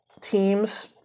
teams